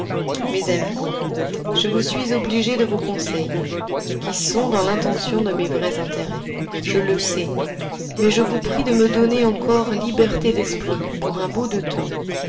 mes amis je vous suis obligé de vos conseils qui sont dans l'intention de mes vrais intérêts je le sais mais je vous prie de me donner encore liberté d'esprit pour un bout de temps